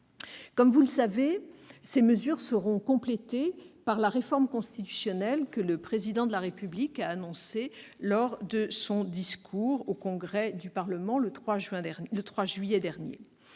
Comme vous le savez, ces mesures seront complétées par la réforme constitutionnelle annoncée par le Président de la République dans son discours au Congrès du Parlement, le 3 juillet dernier.